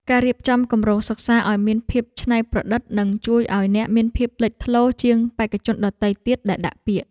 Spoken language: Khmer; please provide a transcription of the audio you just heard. ការរៀបចំគម្រោងសិក្សាឱ្យមានភាពច្នៃប្រឌិតនឹងជួយឱ្យអ្នកមានភាពលេចធ្លោជាងបេក្ខជនដទៃទៀតដែលដាក់ពាក្យ។